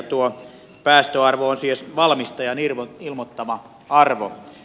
tuo päästöarvo on siis valmistajan ilmoittama arvo